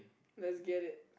let's get it